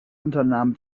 unternahm